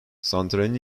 santralin